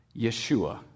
Yeshua